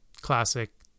classic